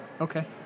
okay